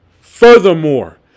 Furthermore